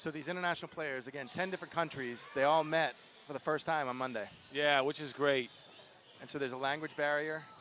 so these international players against ten different countries they all met for the first time on monday yeah which is great and so there's a language barrier